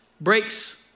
breaks